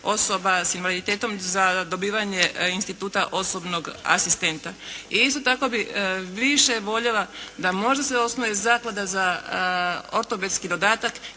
osoba s invaliditetom za dobivanje instituta osobnog asistenta. I isto tako bih više voljela da možda se osnuje zaklada za ortopedski dodatak,